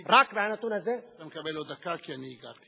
רק מהנתון הזה, אתה מקבל עוד דקה, כי אני הגעתי.